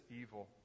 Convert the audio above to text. evil